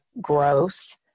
growth